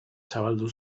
zabaldu